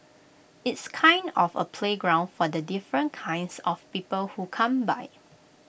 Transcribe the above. it's kind of A playground for the different kinds of people who come by